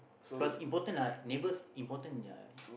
cause important lah neighbours important ya